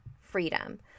freedom